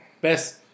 best